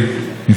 הנדסה,